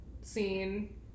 scene